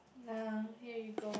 nah here you go